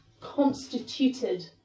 constituted